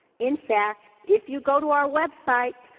in fact, if you go to our website,